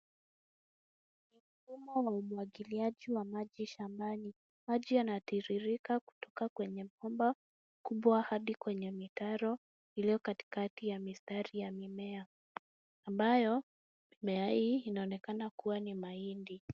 Ni mfumo wa umwagiliaji wa maji shambani. Maji yanatiririka kutoka kwenye bomba kubwa hadi kwenye mitaro iliyo katikati ya mistari ya mimea, ambayo mimea hii inaoneonekana kuwa ni mahindi.